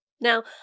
Now